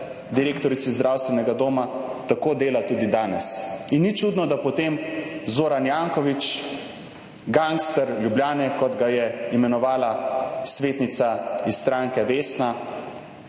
direktorici zdravstvenega doma, tako dela tudi danes. In ni čudno, da potem Zoran Janković, gangster Ljubljane, kot ga je imenovala svetnica iz stranke Vesna,